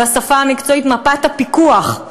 בשפה המקצועית: מפת הפיקוח,